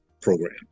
program